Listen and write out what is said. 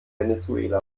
venezuela